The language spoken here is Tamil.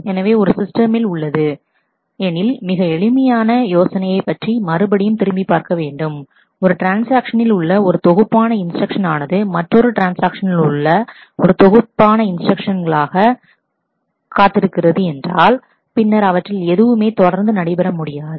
எனவே ஒரு ஒரு சிஸ்டமில் உள்ளது எனில் மிக எளிமையான யோசனையை பற்றி மறுபடியும் திரும்பி பார்க்க வேண்டும் ஒரு ட்ரான்ஸ்ஆக்ஷனில் உள்ள ஒரு தொகுப்பான இன்ஸ்டிரக்ஷன் ஆனது மற்றொரு ட்ரான்ஸ்ஆக்ஷனில் உள்ள ஒரு தொகுப்பான இன்ஸ்டிரக்ஷன்காக காத்திருக்கிறது என்றால் பின்னர் அவற்றில் எதுவுமே தொடர்ந்து நடைபெற முடியாது